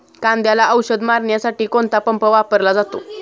कांद्याला औषध मारण्यासाठी कोणता पंप वापरला जातो?